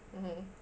mmhmm